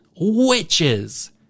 Witches